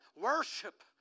worship